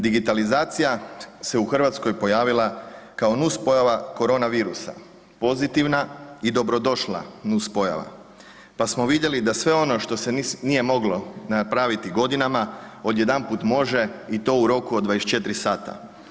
Digitalizacija se u RH pojavila kao nus pojava korona virusa, pozitivna i dobro došla nus pojava, pa smo vidjeli da sve ono što se nije moglo napraviti godinama odjedanput može i to u roku od 24 sata.